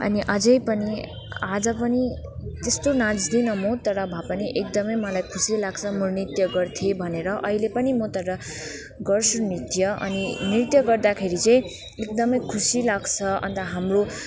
अनि अझै पनि आज पनि त्यस्तो नाच्दिनँ म तर भए पनि एकदमै मलाई खुसी लाग्छ म नृत्य गर्थेँ भनेर अहिले पनि म तर गर्छु नृत्य अनि नृत्य गर्दाखेरि चाहिँ एकदमै खुसी लाग्छ अन्त हाम्रो